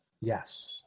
Yes